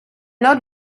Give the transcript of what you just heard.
not